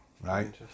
right